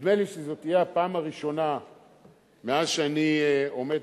נדמה לי שזאת תהיה הפעם הראשונה מאז שאני עומד